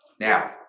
Now